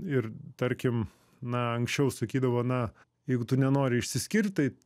ir tarkim na anksčiau sakydavo na jeigu tu nenori išsiskirt tai